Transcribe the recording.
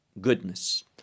goodness